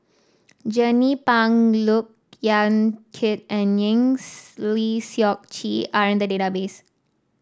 Jernnine Pang Look Yan Kit and Engs Lee Seok Chee are in the database